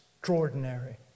extraordinary